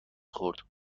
خورد